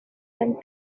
and